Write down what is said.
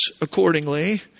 accordingly